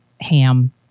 ham